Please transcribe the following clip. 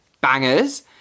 bangers